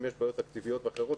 אם יש בעיות תקציביות אחרות,